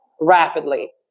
rapidly